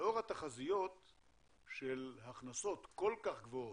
לאור התחזיות של הכנסות כל כך גבוהות,